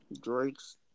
Drake's